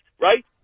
right